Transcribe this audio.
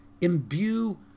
imbue